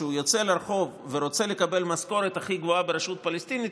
יוצא לרחוב ורוצה לקבל משכורת הכי גבוהה ברשות הפלסטינית,